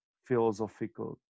philosophical